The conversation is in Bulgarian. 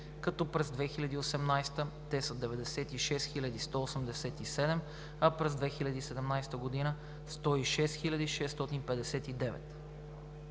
като през 2018 г. те са 96 187, а през 2017 г. – 106 659.